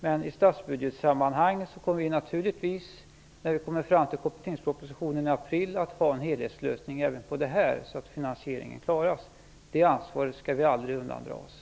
Men vad statsbudgeten beträffar kommer vi naturligtvis till kompletteringspropositionen i april att ha en helhetslösning även på det här området så att finansieringen klaras. Det ansvaret skall vi aldrig undandra oss.